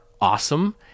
awesome